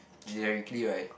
generically right